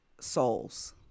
souls